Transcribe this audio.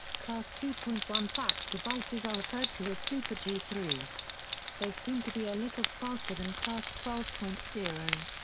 class two point one fax devices are referred to as super g three they seem to be a little faster than class twelve point zero.